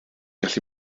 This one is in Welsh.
gallu